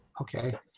Okay